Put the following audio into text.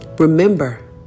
Remember